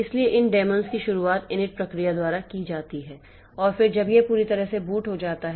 इसलिए इन डेमोंस की शुरुआत इनिट प्रक्रिया द्वारा की जाती है और फिर जब यह पूरी तरह से बूट हो जाता है